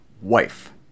wife